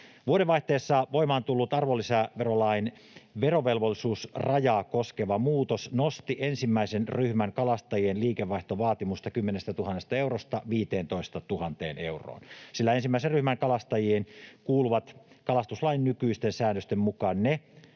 Vuodenvaihteessa voimaan tullut arvonlisäverolain verovelvollisuusrajaa koskeva muutos nosti ensimmäisen ryhmän kalastajien liikevaihtovaatimusta 10 000 eurosta 15 000 euroon, sillä ensimmäisen ryhmän kalastajiin kuuluvat kalastuslain nykyisten säännösten mukaan ne,